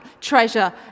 treasure